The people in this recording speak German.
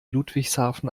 ludwigshafen